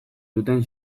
duten